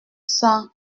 cents